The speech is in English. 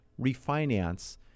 refinance